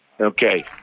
Okay